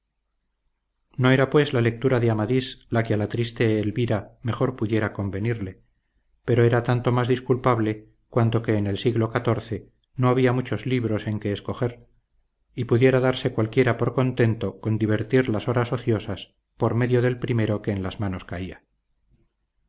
era pues la lectura de amadís la que a la triste elvira mejor pudiera convenirle pero era tanto más disculpable cuanto que en el siglo xiv no había muchos libros en que escoger y pudiera darse cualquiera por contento con divertir las horas ociosas por medio del primero que en las manos caía